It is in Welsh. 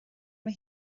mae